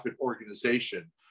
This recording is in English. organization